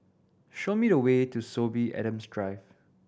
show me the way to Sorby Adams Drive